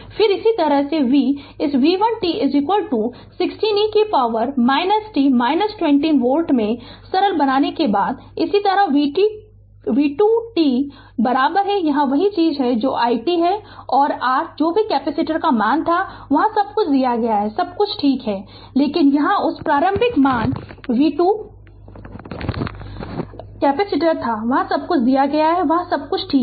फिर इसी तरह v इस v1 t 16 e कि पावर t 20 वोल्ट में सरल बनाने के बाद इसी तरह v2 t यहाँ वही चीज़ है जो i t है और r जो भी कैपेसिटर का मान था वहाँ सब कुछ दिया गया है सब कुछ ठीक है